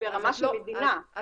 ברמה של מדינה,